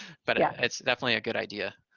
but yeah it's definitely a good idea.